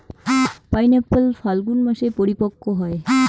pineapple ফাল্গুন মাসে পরিপক্ব হয়